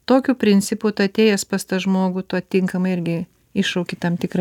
tokiu principu tu atėjęs pas tą žmogų tuo tinkamai irgi iššauki tam tikrą